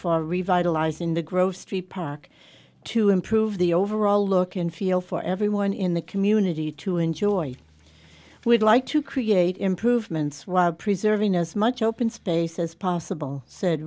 for revitalizing the grove street pack to improve the overall look and feel for everyone in the community to enjoy we'd like to create improvements while preserving as much open space as possible said